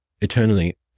eternally